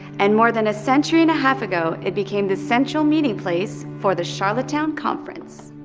and, more than a century and half ago, it became the central meeting place for the charlottetown conference.